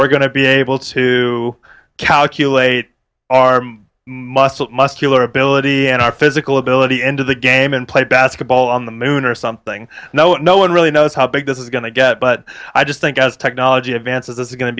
we're going to be able to calculate arm muscle muscular ability and our physical ability into the game and play basketball on the moon or something no no one really knows how big this is going to get but i just think as technology advances it's going to